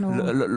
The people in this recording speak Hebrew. לא.